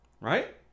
Right